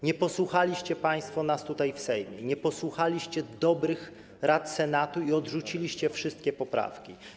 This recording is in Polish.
Nie posłuchaliście państwo nas tutaj, w Sejmie, nie posłuchaliście dobrych rad Senatu i odrzuciliście wszystkie poprawki.